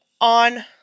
On